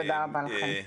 תודה רבה לכם.